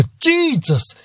Jesus